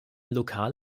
lokal